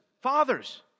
fathers